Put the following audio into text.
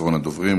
אחרון הדוברים,